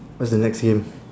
what's the next game